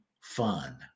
fun